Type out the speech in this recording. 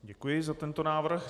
Děkuji za tento návrh.